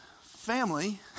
family